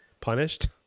punished